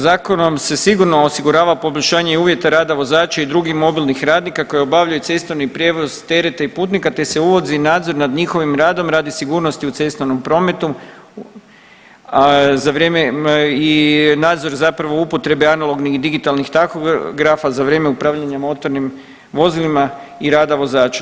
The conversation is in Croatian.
Zakonom se sigurno osigurava poboljšanje uvjeta rada vozača i drugih mobilnih radnika koji obavljaju cestovni prijevoz tereta i putnika, te se uvodi nadzor nad njihovim radom radi sigurnosti u cestovnom prometu i nadzor zapravo upotrebe analognih i digitalnih tahografa za vrijeme upravljanja motornim vozilima i rada vozača.